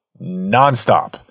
nonstop